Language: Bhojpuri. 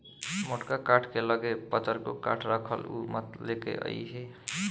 मोटका काठ के लगे पतरको काठ राखल उ मत लेके अइहे